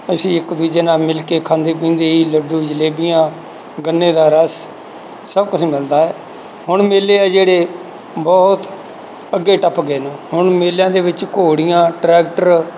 ਅਸੀਂ ਇੱਕ ਦੂਜੇ ਨਾਲ ਮਿਲ ਕੇ ਖਾਂਦੇ ਪੀਂਦੇ ਜੀ ਲੱਡੂ ਜਲੇਬੀਆਂ ਗੰਨੇ ਦਾ ਰਸ ਸਭ ਕੁਝ ਮਿਲਦਾ ਹੈ ਹੁਣ ਮੇਲੇ ਆ ਜਿਹੜੇ ਬਹੁਤ ਅੱਗੇ ਟੱਪ ਗਏ ਨੇ ਹੁਣ ਮੇਲਿਆਂ ਦੇ ਵਿੱਚ ਘੋੜੀਆਂ ਟਰੈਕਟਰ